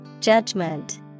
Judgment